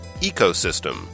Ecosystem